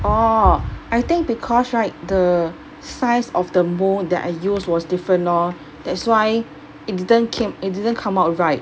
orh I think because right the size of the mould that I use was different lor that's why it didn't came it didn't come out right